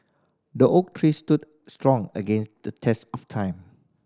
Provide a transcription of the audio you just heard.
the oak stood strong against the test of time